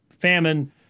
famine